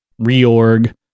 reorg